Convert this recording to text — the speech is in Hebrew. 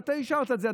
ואתה אישרת את זה,